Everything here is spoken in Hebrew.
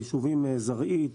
היישובים זרעית,